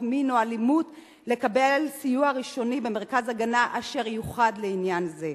מין או אלימות לקבל סיוע ראשוני במרכז הגנה אשר יוחד לעניין זה.